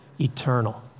eternal